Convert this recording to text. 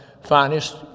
finest